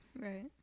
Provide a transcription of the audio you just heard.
Right